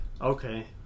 Okay